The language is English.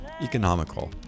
economical